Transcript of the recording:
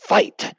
Fight